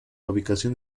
ubicación